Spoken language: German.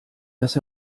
dass